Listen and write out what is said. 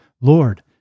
Lord